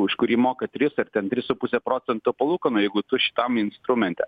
už kurį moka tris ar ten tris su puse procento palūkanų jeigu tu šitam instrumente